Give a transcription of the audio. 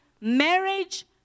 Marriage